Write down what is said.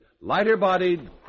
Lighter-bodied